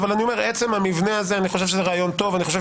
אבל עצם המבנה הזה הוא רעיון טוב, אני חושב.